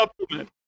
supplement